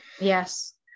yes